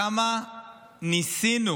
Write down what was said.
כמה ניסינו